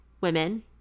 women